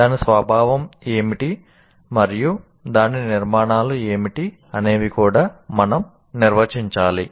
దాని స్వభావం ఏమిటి మరియు దాని నిర్మాణాలు ఏమిటి అనేవి కూడా మనం నిర్వచించాలి